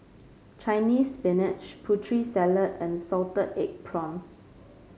Chinese Spinach Putri Salad and Salted Egg Prawns